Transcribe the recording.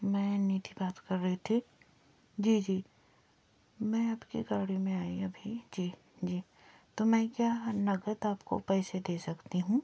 मैं निधी बात कर रही थी जी जी मैं आप की गाड़ी में आई अभी जी जी तो मैं क्या नग़द आप को पैसे दे सकती हूँ